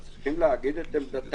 הם צריכים לומר את עמדתם